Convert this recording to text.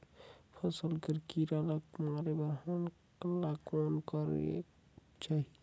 फसल कर कीरा ला मारे बर हमन ला कौन करेके चाही?